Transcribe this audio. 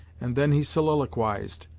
and then he soliloquized,